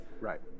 Right